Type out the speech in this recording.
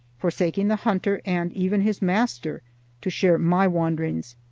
forsaking the hunter and even his master to share my wanderings.